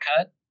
cut